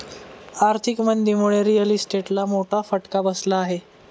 आर्थिक मंदीमुळे रिअल इस्टेटला मोठा फटका बसला आहे